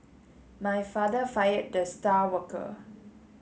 my father fired the star worker